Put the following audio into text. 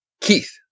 Keith